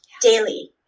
daily